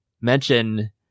mention